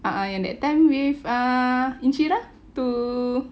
a'ah yang that time with uh inshriah to